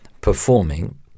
performing